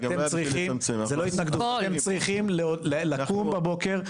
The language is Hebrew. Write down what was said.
אתם צריכים לקום בבוקר,